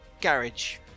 garage